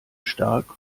stark